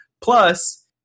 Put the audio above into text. Plus